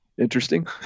Interesting